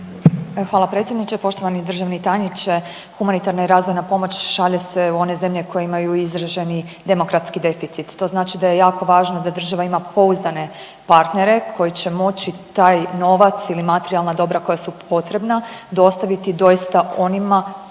Hvala predsjedniče. Poštovani državni tajniče humanitarna i razvojna pomoć šalje se u one zemlje koje imaju izraženi demokratski deficit. To znači da je jako važno da država ima pouzdane partnere koji će moći taj novac ili materijalna dobra koja su potreba dostaviti doista onima koji